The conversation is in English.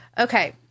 Okay